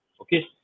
okay